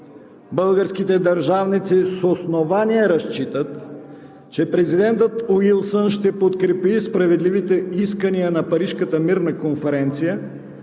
Българските държавници с основание разчитат, че президентът Уилсън ще подкрепи справедливите искания на Парижката мирна конференция,